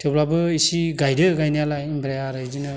थेवब्लाबो एसे गायदों गायनायालाय ओमफ्राय आरो इदिनो